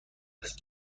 است